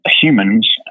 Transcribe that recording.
humans